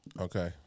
Okay